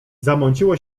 zamąciło